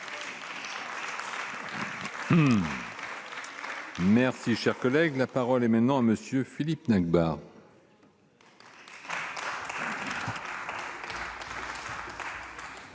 Merci, cher collègue, la parole est maintenant à monsieur Philippe Nachbar.